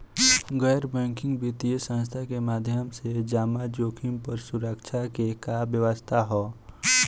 गैर बैंकिंग वित्तीय संस्था के माध्यम से जमा जोखिम पर सुरक्षा के का व्यवस्था ह?